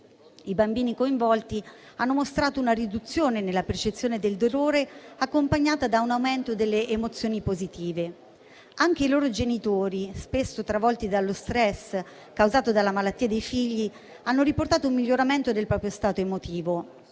I bambini coinvolti hanno mostrato una riduzione nella percezione del dolore, accompagnata da un aumento delle emozioni positive. Anche i loro genitori, spesso travolti dallo stress causato dalla malattia dei figli, hanno riportato un miglioramento del proprio stato emotivo.